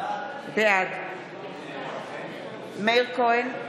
בעד מאיר כהן,